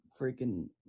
freaking